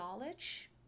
knowledge